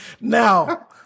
Now